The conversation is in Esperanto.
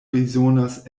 bezonas